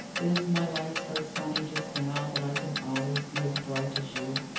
is my life so sunny just now, that i can always be as bright as you?